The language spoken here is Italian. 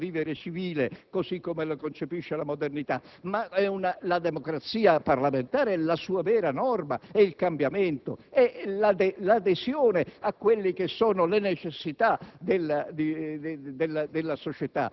perno del nostro vivere civile così come lo concepisce la modernità. Ma la vera norma della democrazia parlamentare è il cambiamento, è l'adesione a quelle che sono le necessità